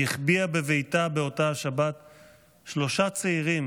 היא החביאה בביתה באותה שבת שלושה צעירים